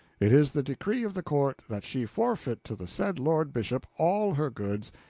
it is the decree of the court that she forfeit to the said lord bishop all her goods,